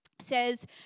Says